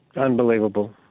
Unbelievable